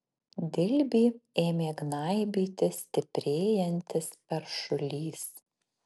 dilbį ėmė gnaibyti stiprėjantis peršulys